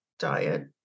Diet